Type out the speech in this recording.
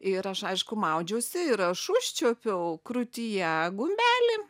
ir aš aišku maudžiausi ir aš užčiuopiau krūtyje gumbelį